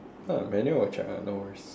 ya Emanual will check [one] no worries